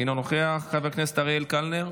אינו נוכח, חבר הכנסת אריאל קלנר,